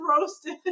roasted